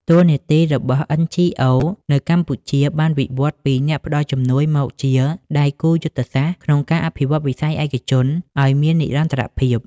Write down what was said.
តួនាទីរបស់ NGOs នៅកម្ពុជាបានវិវត្តពី "អ្នកផ្ដល់ជំនួយ" មកជា "ដៃគូយុទ្ធសាស្ត្រ" ក្នុងការអភិវឌ្ឍវិស័យឯកជនឱ្យមាននិរន្តរភាព។